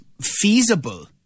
feasible